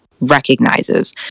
recognizes